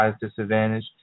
disadvantage